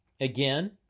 again